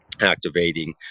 activating